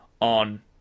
on